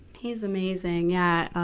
he's amazing, yeah.